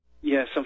Yes